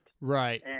Right